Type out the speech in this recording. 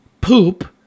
poop